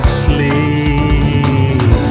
sleep